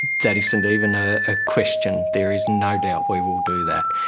that isn't even a ah question, there is no doubt we will do that.